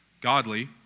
Godly